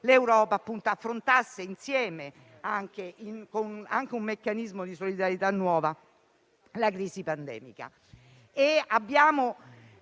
l'Europa affrontasse nel suo insieme, anche con un meccanismo di solidarietà nuova, la crisi pandemica.